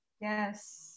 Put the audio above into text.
Yes